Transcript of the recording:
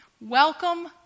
Welcome